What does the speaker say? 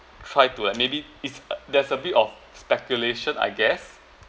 try to like maybe if there's a bit of speculation I guess